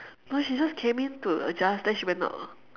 no she just came in to adjust then she went out